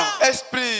esprit